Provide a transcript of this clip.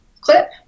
clip